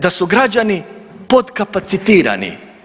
Da su građani podkapacitirani.